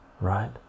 right